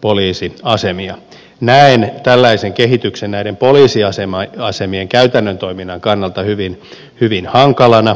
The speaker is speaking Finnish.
poliisin aseen ja näimme tällaisen kehityksen näiden poliisiasemaa asemien käytännön toiminnan kannalta hyvin hyvin hankalana